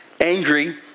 angry